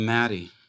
Maddie